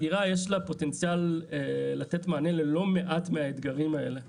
התועלות של האגירה היא שיש לה פוטנציאל לתת מענה ללא מעט מהאתגרים האלה.